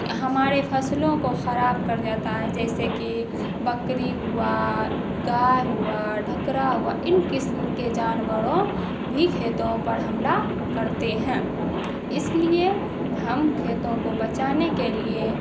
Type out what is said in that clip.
ہمارے فصلوں کو خراب کر جاتا ہے جیسے کہ بکری ہوا گائے ہوا ڈھکرا ہوا ان قسم کے جانوروں بھی کھیتوں پر حملہ کرتے ہیں اس لیے ہم کھیتوں کو بچانے کے لیے